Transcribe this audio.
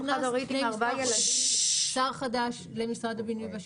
לפני מספר חודשים יש שר חדש למשרד הבינוי והשיכון,